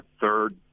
third